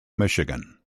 michigan